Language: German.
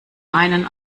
einen